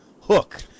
hook